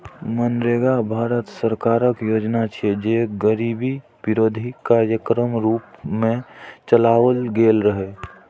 मनरेगा भारत सरकारक योजना छियै, जे गरीबी विरोधी कार्यक्रमक रूप मे चलाओल गेल रहै